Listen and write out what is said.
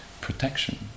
protection